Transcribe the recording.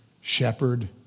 shepherd